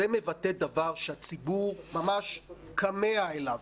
זה מבטא דבר שהציבור ממש כמה אליו.